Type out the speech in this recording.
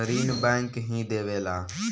ऋण बैंक ही देवेला